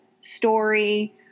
story